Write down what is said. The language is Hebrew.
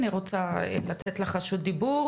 אני רוצה להעביר אלייך את רשות הדיבור.